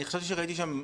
החברתי,